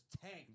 tanked